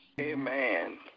Amen